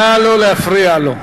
נא לא להפריע לו.